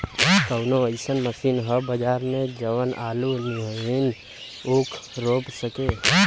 कवनो अइसन मशीन ह बजार में जवन आलू नियनही ऊख रोप सके?